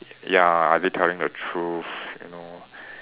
ya are they telling the truth you know